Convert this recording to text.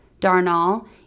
Darnall